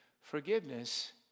Forgiveness